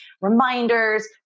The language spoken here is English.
reminders